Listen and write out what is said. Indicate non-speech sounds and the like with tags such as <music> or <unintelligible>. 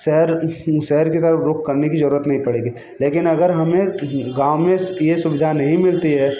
शहर के <unintelligible> रुख करने की जरूरत ही नहीं पड़ेगी लेकिन अगर हमें गाँव में ये सुविधा नहीं मिलती है